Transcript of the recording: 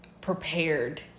prepared